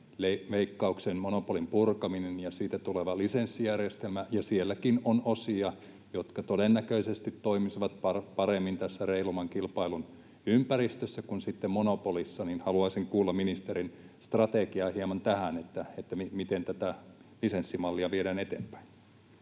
Veikkauksen monopolin purkaminen ja siitä tuleva lisenssijärjestelmä, ja sielläkin on osia, jotka todennäköisesti toimisivat paremmin tässä reilumman kilpailun ympäristössä kuin sitten monopolissa. Haluaisin kuulla ministerin strategiaa hieman tähän, miten tätä lisenssimallia viedään eteenpäin.